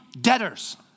debtors